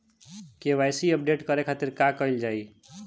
KYC update करे के खातिर का कइल जाइ?